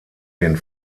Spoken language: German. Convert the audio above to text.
den